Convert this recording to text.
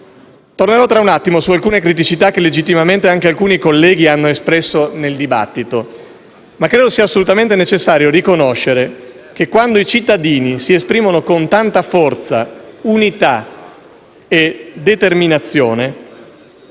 Tornerò tra poco su alcune criticità che legittimamente anche alcuni colleghi hanno espresso nel dibattito, ma credo sia assolutamente necessario riconoscere che quando i cittadini si esprimono con tanta forza, unità e determinazione,